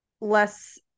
less